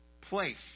place